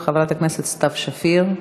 חברת הכנסת סתיו שפיר.